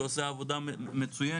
שעושה עבודה מצוינת,